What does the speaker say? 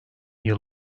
yıl